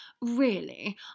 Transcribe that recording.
Really